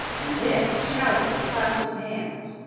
and then he shouted and clapped his hands.